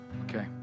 Okay